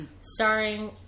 starring